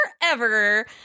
forever